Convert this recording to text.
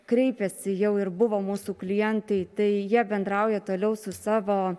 kreipiasi jau ir buvo mūsų klientai tai jie bendrauja toliau su savo